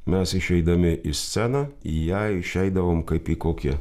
mes išeidami į sceną į ją išeidavom kaip į kokį